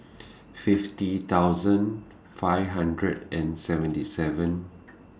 fifty thousand five hundred and seventy seven